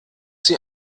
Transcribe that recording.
sie